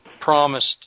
promised